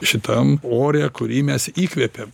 šitam ore kurį mes įkvepiam